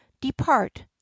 Depart